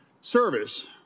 service